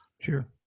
Sure